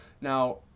now